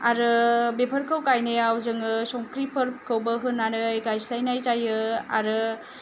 आरो बेफोरखौ गायनायव जोङो संख्रिफोरखौबो होनानै गायस्लायनाय जायो आरो